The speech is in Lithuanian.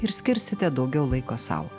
ir skirsite daugiau laiko sau